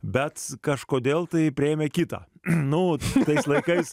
bet kažkodėl tai priėmė kitą nu tais laikais